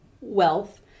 wealth